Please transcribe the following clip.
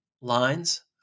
lines